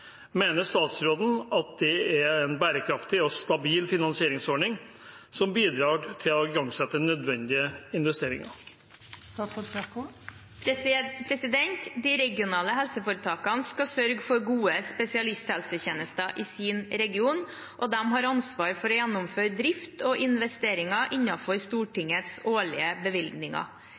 Mener statsråden at dette er en bærekraftig og stabil finansieringsordning som bidrar til å igangsette nødvendige investeringer?» De regionale helseforetakene skal sørge for gode spesialisthelsetjenester i sin region, og de har ansvar for å gjennomføre drift og investeringer innenfor Stortingets årlige bevilgninger.